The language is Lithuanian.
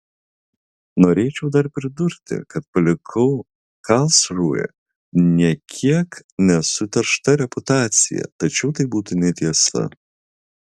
norėčiau dar pridurti kad palikau karlsrūhę nė kiek nesuteršta reputacija tačiau tai būtų netiesa